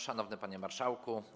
Szanowny Panie Marszałku!